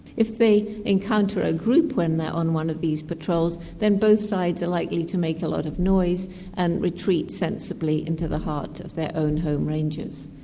if they encounter a group when they're on one of these patrols, then both sides are likely to make a lot of noise and retreat sensibly into the heart of their own home ranges.